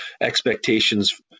expectations